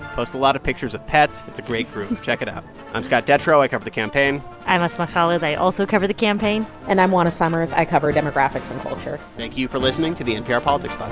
post a lot of pictures of pets. it's a great group. check it out i'm scott detrow. i cover the campaign i'm asma khalid. i also cover the campaign and i'm juana summers. i cover demographics and culture thank you for listening to the npr politics